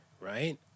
Right